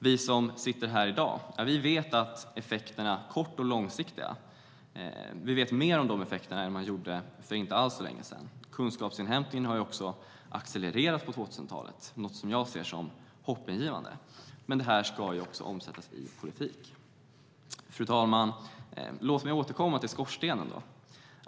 Vi som sitter här vet mer om de kort och långsiktiga effekterna än man gjorde för inte alls länge sedan. Kunskapsinhämtningen har accelererat på 2000-talet, vilket är hoppingivande. Men det ska också omsättas i politik. Fru talman! Låt mig återvända till skorstenen.